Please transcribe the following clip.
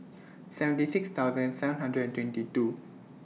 seventy six thousand seven hundred and twenty two